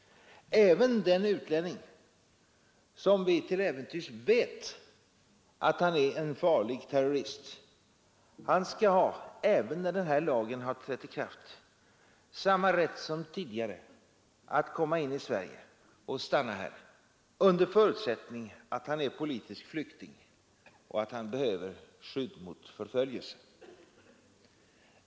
Även den utlänning som vi till äventyrs vet att han är en farlig terrorist skall ha, även när denna lag trätt i kraft, samma rätt som tidigare att komma in i Sverige och stanna här under förutsättning att han är politisk flykting och att han behöver skydd mot förföljelse.